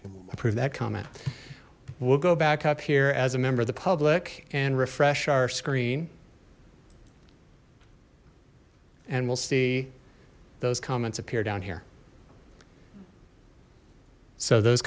approve that comment will go back up here as a member of the public and refresh our screen and will see those comments appear down here so those